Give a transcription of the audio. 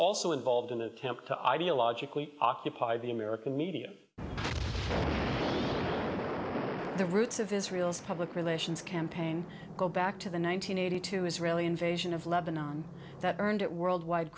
also involved in the camp to ideologically occupy the american media the roots of israel's public relations campaign go back to the one nine hundred eighty two israeli invasion of lebanon that earned it worldwide